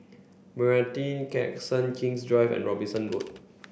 Meranti Crescent King's Drive and Robinson Road